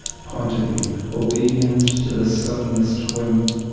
pointedly obedient to the suddenest whim.